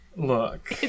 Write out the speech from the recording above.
Look